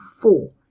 four